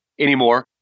anymore